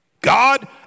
God